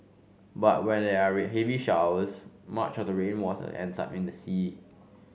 but when there are heavy showers much of the rainwater ends up in the sea